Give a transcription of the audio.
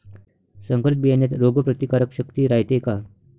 संकरित बियान्यात रोग प्रतिकारशक्ती रायते का?